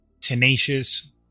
tenacious